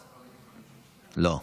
לא,